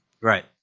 Right